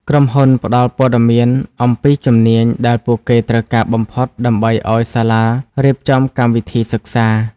ក្រុមហ៊ុនផ្ដល់ព័ត៌មានអំពីជំនាញដែលពួកគេត្រូវការបំផុតដើម្បីឱ្យសាលារៀបចំកម្មវិធីសិក្សា។